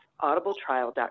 audibletrial.com